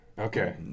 Okay